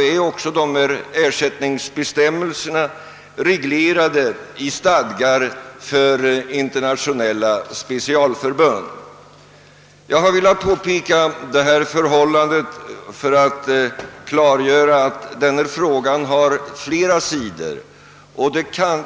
är också dessa ersättningsbestämmelser reglerade i stadgar för internationella specialförbund. Jag har velat påpeka dessa förhållanden för att klargöra att denna fråga har flera sidor.